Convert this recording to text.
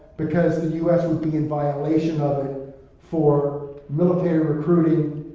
because the u s. would be in violation of it for military recruiting